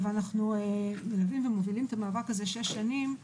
אנחנו מלווים ומובילים את המאבק הזה 6 שנים.